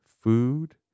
food